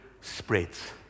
spreads